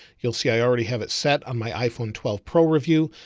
you'll see, i already have it set on my iphone. twelve pro review.